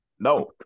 No